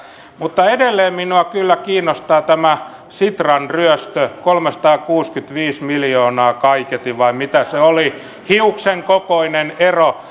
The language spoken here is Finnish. mutta edelleen minua kyllä kiinnostaa tämä sitran ryöstö kolmesataakuusikymmentäviisi miljoonaa kaiketi vai mitä se oli hiuksenkokoinen ero